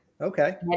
Okay